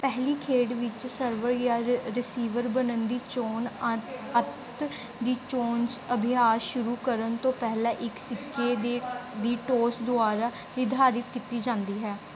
ਪਹਿਲੀ ਖੇਡ ਵਿੱਚ ਸਰਵਰ ਜਾਂ ਰ ਰਿਸੀਵਰ ਬਣਨ ਦੀ ਚੋਣ ਅਤ ਅੱਤ ਦੀ ਚੋਣ ਅਭਿਆਸ ਸ਼ੁਰੂ ਕਰਨ ਤੋਂ ਪਹਿਲਾਂ ਇੱਕ ਸਿੱਕੇ ਦੀ ਦੀ ਟੌਸ ਦੁਆਰਾ ਨਿਰਧਾਰਤ ਕੀਤੀ ਜਾਂਦੀ ਹੈ